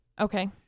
Okay